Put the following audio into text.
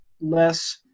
less